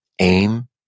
aim